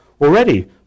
already